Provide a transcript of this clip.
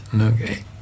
okay